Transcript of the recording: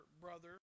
brother